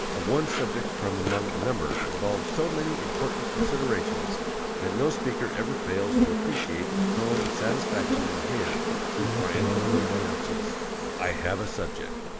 of one subject from among a number involves so many important considerations that no speaker ever fails to appreciate the tone of satisfaction in him who triumphantly announces i have a subject